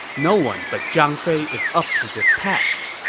no one but zhang fei is up to this task.